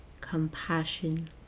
compassion